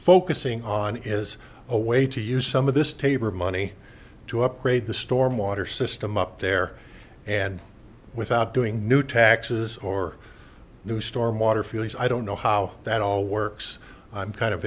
focusing on is a way to use some of this tabor money to upgrade the stormwater system up there and without doing new taxes or new stormwater feelings i don't know how that all works i'm kind of